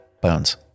Bones